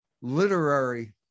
literary